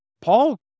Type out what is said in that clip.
Paul